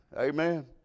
Amen